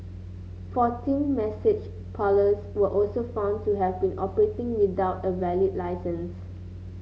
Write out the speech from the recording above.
fourteen massage parlours were also found to have been operating without a valid licence